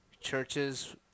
churches